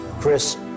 Chris